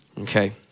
Okay